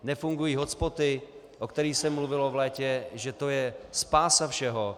Nefungují hotspoty, o kterých se mluvilo v létě, že to je spása všeho.